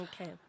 Okay